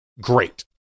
great